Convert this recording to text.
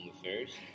affairs